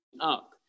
up